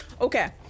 Okay